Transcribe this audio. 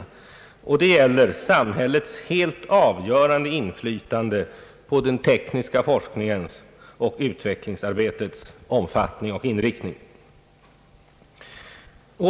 Det gäller samhällets helt avgörande inflytande på den tekniska forskningens och utvecklingsarbetets utformning och inriktning.